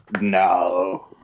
No